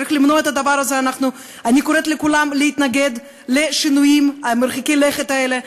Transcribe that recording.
אני קוראת לכולם להתנגד לשינויים מרחיקי הלכת האלה,